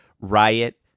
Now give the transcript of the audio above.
Riot